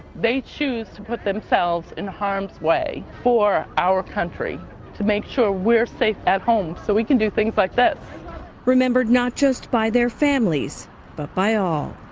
they choose to put themselves in harm's way for our country to make sure we're safe at home so we can do things like this. reporter remembered not just by their families but by all.